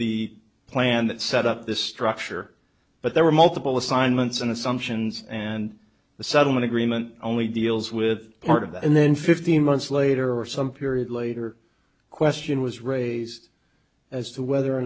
the plan that set up this structure but there were multiple assignments and assumptions and the settlement agreement only deals with part of that and then fifteen months later or some period later question was raised as to whether or